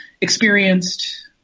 experienced